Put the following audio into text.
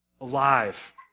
alive